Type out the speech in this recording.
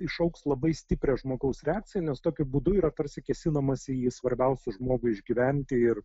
iššauks labai stiprią žmogaus reakciją nes tokiu būdu yra tarsi kėsinamasi į svarbiausius žmogui išgyventi ir